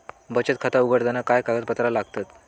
बचत खाता उघडताना काय कागदपत्रा लागतत?